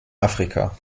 afrika